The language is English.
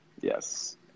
Yes